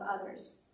others